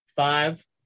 Five